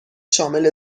شامل